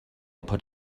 put